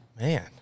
Man